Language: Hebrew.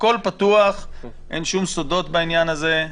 הכול פתוח, אין שום סודות בעניין הזה.